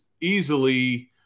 easily